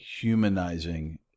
humanizing